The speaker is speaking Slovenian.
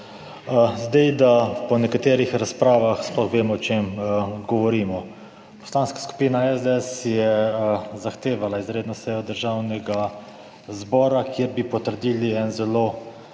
Zdaj, da po nekaterih razpravah sploh vemo o čem govorimo. Poslanska skupina SDS je zahtevala izredno sejo Državnega zbora, kjer bi potrdili en